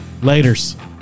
Laters